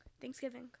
Thanksgiving